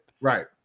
Right